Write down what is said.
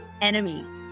enemies